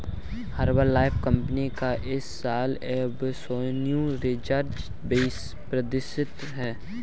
Herbalife company का इस साल एब्सोल्यूट रिटर्न चौबीस प्रतिशत है